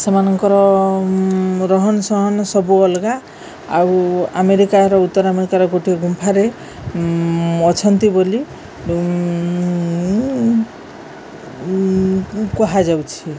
ସେମାନଙ୍କର ରହନ ସହନ ସବୁ ଅଲଗା ଆଉ ଆମେରିକାର ଉତ୍ତର ଆମେରିକାର ଗୋଟିଏ ଗୁମ୍ଫାରେ ଅଛନ୍ତି ବୋଲି କୁହାଯାଉଛି